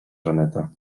żaneta